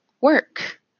work